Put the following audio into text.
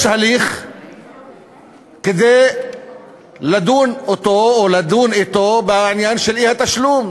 יש הליך כדי לדון אותו או לדון אתו בעניין של האי-תשלום,